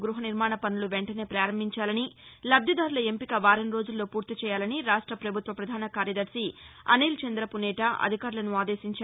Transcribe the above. గృహ నిర్మాణ పనులు వెంటనే పారంభించాలని లబ్దిదారుల ఎంపిక వారం రోజుల్లో పూర్తిచేయాలని రాష్ట పభుత్వ ప్రధాన కార్యదర్శి అనిల్ చంద్ర పునేఠా అధికారులను ఆదేశించారు